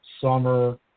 summer